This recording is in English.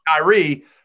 Kyrie